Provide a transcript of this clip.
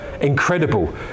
incredible